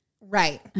Right